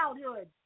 childhood